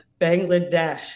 Bangladesh